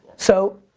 so,